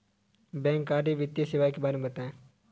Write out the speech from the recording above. बैंककारी वित्तीय सेवाओं के बारे में बताएँ?